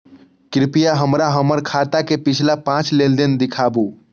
कृपया हमरा हमर खाता के पिछला पांच लेन देन दिखाबू